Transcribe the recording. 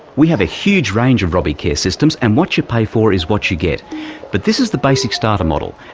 we have a huge range of robbie care systems and what you pay for is what you get but this is the basic starter model,